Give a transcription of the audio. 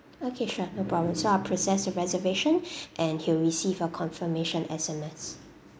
okay sure no problem so I'll process your reservation and he'll receive a confirmation S_M_S